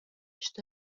что